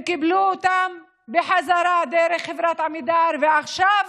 הם קיבלו אותם בחזרה דרך חברת עמידר, ועכשיו